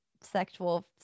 sexual